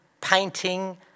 painting